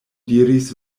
diris